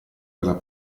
della